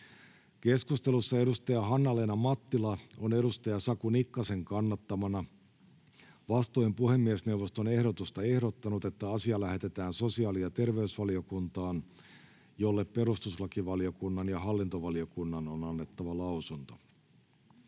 Keskustelussa edustaja Päivi Räsänen on edustaja Pinja Perholehdon kannattamana vastoin puhemiesneuvoston ehdotusta ehdottanut, että asia lähetetään sosiaali- ja terveysvaliokuntaan, jolle perustuslakivaliokunnan ja talousvaliokunnan on annettava lausunto.